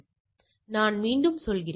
எனவே நான் மீண்டும் சொல்கிறேன்